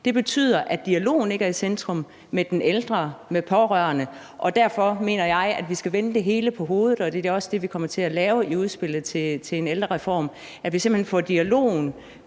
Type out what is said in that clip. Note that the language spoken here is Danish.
Det betyder, at dialogen med den ældre og de pårørende ikke er i centrum, og derfor mener jeg, at vi skal vende det hele på hovedet, og det er også det, vi kommer til at lave i udspillet til en ældrereform, altså at vi simpelt hen får dialogen